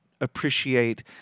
appreciate